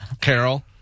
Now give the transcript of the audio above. Carol